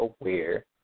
aware